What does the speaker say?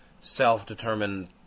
self-determined